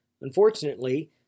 Unfortunately